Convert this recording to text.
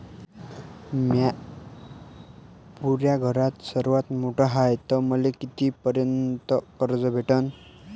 म्या पुऱ्या घरात सर्वांत मोठा हाय तर मले किती पर्यंत कर्ज भेटन?